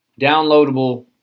Downloadable